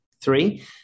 Three